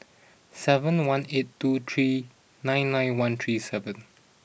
seven one eight two three nine nine one three seven